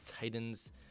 Titans